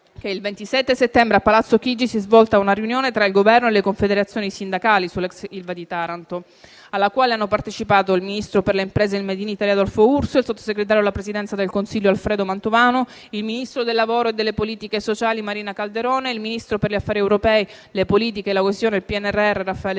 il 27 settembre a Palazzo Chigi si è svolta una riunione tra il Governo e le confederazioni sindacali sull'ex ILVA di Taranto, alla quale hanno partecipato il ministro delle imprese e del made in Italy Adolfo Urso, il sottosegretario alla Presidenza del Consiglio dei ministri Alfredo Mantovano, il ministro del lavoro e delle politiche sociali Marina Calderone, il ministro per gli affari europei, per le politiche di coesione e per il PNRR Raffaele Fitto.